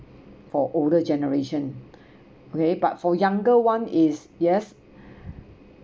for older generation okay but for younger one is yes